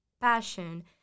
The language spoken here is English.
passion